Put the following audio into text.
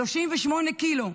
38 קילו,